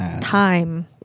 time